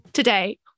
Today